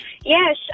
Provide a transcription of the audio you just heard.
Yes